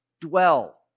dwell